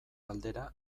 aldera